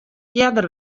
earder